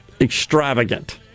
extravagant